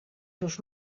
seus